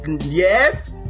yes